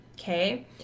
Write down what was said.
okay